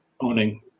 owning